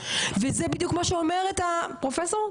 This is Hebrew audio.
וזה בדיוק מה שאומרת הפרופסור,